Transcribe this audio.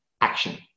action